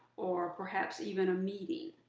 or perhaps even a meeting.